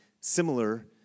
similar